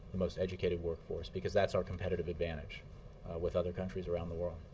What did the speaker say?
the most educated workforce because that's our competitive advantage with other countries around the world.